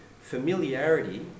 familiarity